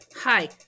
hi